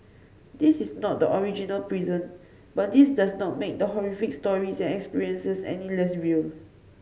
this is not the original prison but this does not make the horrific stories and experiences any less real